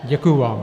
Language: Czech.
Děkuji vám.